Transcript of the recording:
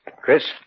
Chris